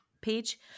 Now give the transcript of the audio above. page